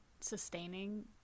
sustaining